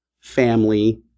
family